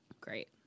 Great